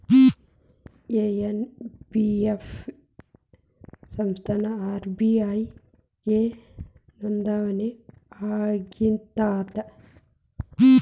NBF ಸಂಸ್ಥಾ RBI ಗೆ ನೋಂದಣಿ ಆಗಿರ್ತದಾ?